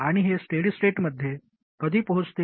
आणि हे स्टेडी स्टेटमध्ये कधी पोहोचते